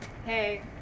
Hey